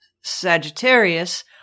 Sagittarius